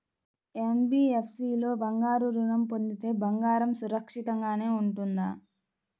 NBFC లో బంగారు ఋణం పొందితే బంగారం సురక్షితంగానే ఉంటుందా?